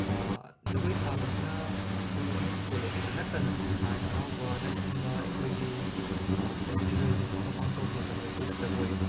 ꯖꯒꯣꯏ ꯁꯥꯕꯁꯤꯅ ꯁ꯭ꯀꯨꯜ ꯑꯃꯁꯨꯡ ꯀꯣꯂꯦꯖꯇ ꯅꯠꯇꯅ ꯂꯥꯏ ꯍꯔꯥꯎꯕꯅꯆꯤꯡꯕ ꯑꯩꯈꯣꯏꯒꯤ ꯐꯦꯁꯇꯤꯕꯦꯜꯒꯨꯝꯕ ꯑꯃ ꯄꯥꯡꯊꯣꯔꯛꯄ ꯃꯇꯝꯗꯁꯨ ꯖꯒꯣꯏ